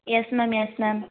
yes ma'am yes ma'am